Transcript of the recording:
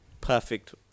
perfect